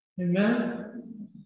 Amen